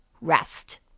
rest